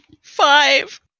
five